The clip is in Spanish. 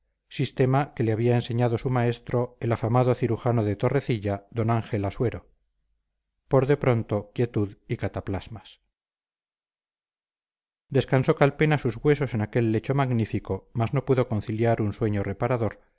sistema que le había enseñado su maestro el afanado cirujano de torrecilla d ángel asuero por de pronto quietud y cataplasmas descansó calpena sus huesos en aquel lecho magnífico mas no pudo conciliar un sueño reparador